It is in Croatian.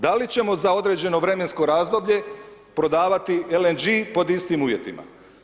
Da li ćemo za određeno vremensko razdoblje prodavati LNG pod istim uvjetima?